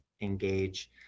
engage